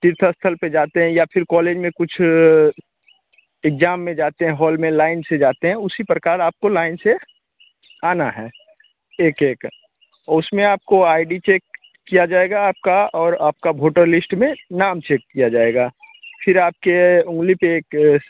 तीर्थस्थल पर जाते हैं या फ़िर कॉलेज में कुछ इग्जाम में जाते हैं हॉल में लाइन से जाते हैं उसी प्रकार आपको लाइन से आना है एक एक उसमें आपको आई डी चेक किया जाएगा आपका और आपका भोटर लिस्ट में नाम चेक किया जाएगा फ़िर आपके उँगली पर एक